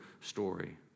story